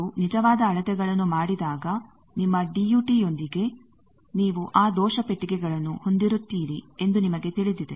ನೀವು ನಿಜವಾದ ಅಳತೆಗಳನ್ನು ಮಾಡಿದಾಗ ನಿಮ್ಮ ಡಿಯೂಟಿಯೊಂದಿಗೆ ನೀವು ಆ ದೋಷ ಪೆಟ್ಟಿಗೆಗಳನ್ನು ಹೊಂದಿರುತ್ತೀರಿ ಎಂದು ನಿಮಗೆ ತಿಳಿದಿದೆ